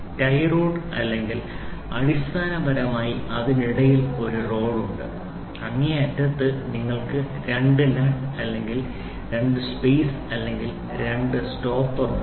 tie rod എന്നാൽ അടിസ്ഥാനപരമായി അതിനിടയിൽ ഒരു റോഡ് ഉണ്ട് അങ്ങേയറ്റത്തെ അറ്റത്ത് നിങ്ങൾക്ക് രണ്ട് നട്ട് അല്ലെങ്കിൽ രണ്ട് സ്പേസ് അല്ലെങ്കിൽ രണ്ട് സ്റ്റോപ്പർ ഉണ്ട്